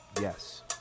Yes